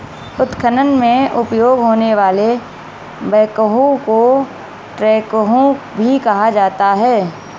उत्खनन में उपयोग होने वाले बैकहो को ट्रैकहो भी कहा जाता है